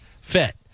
fit